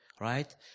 right